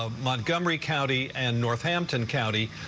ah montgomery county and northampton county,